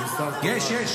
יש, יש.